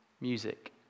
Music